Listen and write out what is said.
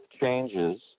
changes